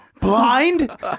blind